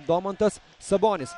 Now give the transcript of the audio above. domantas sabonis